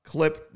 clip